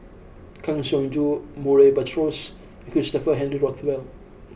Kang Siong Joo Murray Buttrose Christopher Henry Rothwell